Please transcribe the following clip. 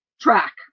track